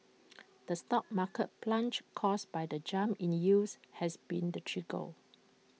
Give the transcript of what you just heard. the stock market plunge caused by the jump in the yields has been the trigger